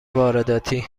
وارداتی